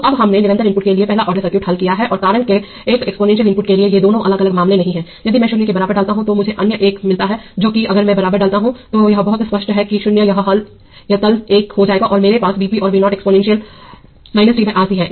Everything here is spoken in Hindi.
तोअबहमने निरंतर इनपुट के लिए पहला ऑर्डर सर्किट हल किया है और कारण के एक एक्सपोनेंशियल इनपुट के लिए ये दोनों अलग अलग मामले नहीं हैं यदि मैं 0 के बराबर डालता हूं तो मुझे अन्य 1 मिलता है जो कि अगर मैं बराबर डालता हूं तो यह बहुत स्पष्ट है 0 यह तल 1 हो जाएगा और मेरे पास Vp और Vo exponential t by RC है